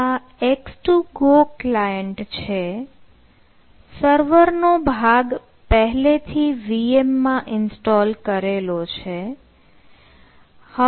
આ x2go client છે server નો ભાગ પહેલેથી VM માં ઇન્સ્ટોલ કરેલો છે